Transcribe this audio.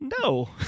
No